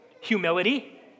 humility